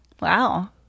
wow